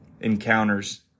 encounters